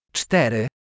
Cztery